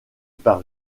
par